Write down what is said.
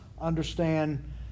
understand